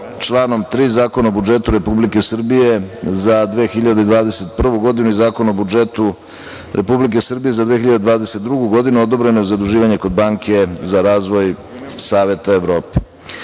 članom 3. Zakon o budžetu Republike Srbije za 2021. godinu i Zakon o budžetu Republike Srbije za 2022. godinu, odobreno je zaduživanje kod Banke za razvoj Saveta Evrope. Glavni